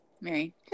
Mary